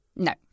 no